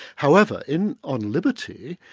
however, in on liberty,